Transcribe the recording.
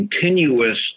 continuous